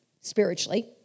spiritually